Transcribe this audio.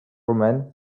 woman